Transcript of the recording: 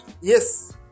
Yes